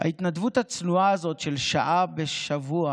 ההתנדבות הצנועה הזאת של שעה בשבוע